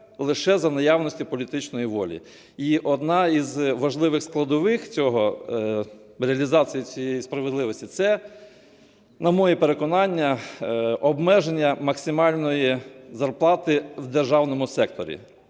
лише за наявності політичної волі. І одна з важливих складових цього, реалізації цієї справедливості, це, на моє переконання, обмеження максимальної зарплати в державному секторі,